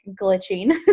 glitching